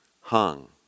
hung